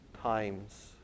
times